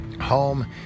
home